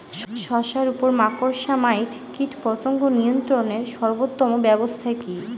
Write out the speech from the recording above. শশার উপর মাকড়সা মাইট কীটপতঙ্গ নিয়ন্ত্রণের সর্বোত্তম ব্যবস্থা কি?